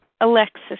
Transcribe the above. Alexis